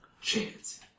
chance